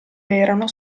erano